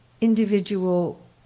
individual